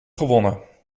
gewonnen